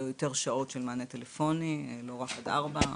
יותר שעות של מענה טלפון ולא רק עד 16:00,